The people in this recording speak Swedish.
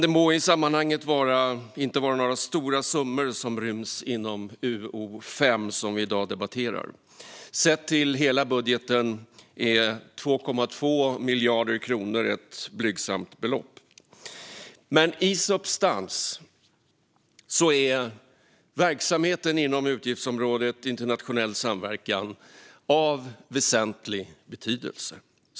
Det må i sammanhanget inte vara några stora summor som ryms inom utgiftsområde 5, som vi i dag debatterar. Sett till hela budgeten är 2,2 miljarder kronor ett blygsamt belopp. Men i substans är verksamheten inom utgiftsområdet Internationell samverkan av väsentlig betydelse.